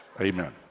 Amen